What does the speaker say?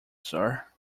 sir